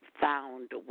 found